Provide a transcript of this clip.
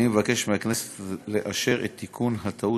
אני מבקש מהכנסת לאשר את תיקון הטעות.